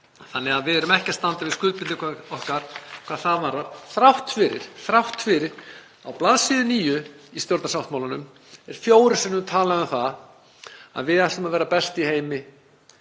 þannig að við erum ekki að standa við skuldbindingar okkar hvað það varðar þrátt fyrir að á bls. 9 í stjórnarsáttmálanum sé fjórum sinnum talað um það að við ætlum að vera best í heimi